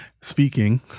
speaking